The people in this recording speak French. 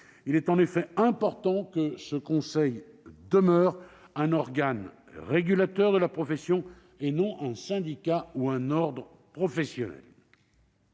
Il est en effet important que ce Conseil demeure un organe régulateur de la profession, et non un syndicat ou un ordre professionnel.